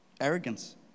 arrogance